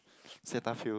Cetaphil